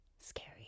scary